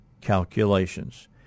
calculations